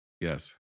Yes